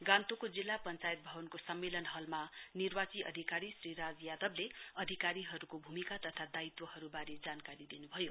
गान्तोकको जिल्ला पश्चायत भवनको सम्मेलन हलमा निर्वाची अधिकारी श्री राज यादवले अधिकारीहरुको भूमिका तथा दायित्वहरुवारे जानकारी दिनुभयो